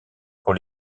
pour